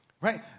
Right